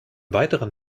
weiteren